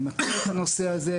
אני מכיר את הנושא הזה.